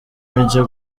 mike